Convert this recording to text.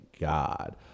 God